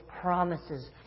promises